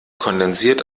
kondensiert